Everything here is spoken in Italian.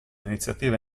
iniziativa